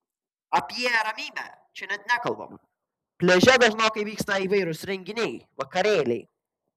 apie ramybę čia net nekalbama pliaže dažnokai vyksta įvairūs renginiai vakarėliai